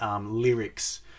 lyrics